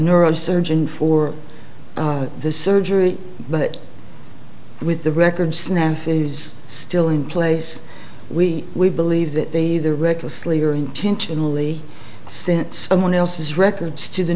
neurosurgeon for the surgery but with the records naf is still in place we we believe that they the recklessly or intentionally sent someone else's records to the